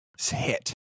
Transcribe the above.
hit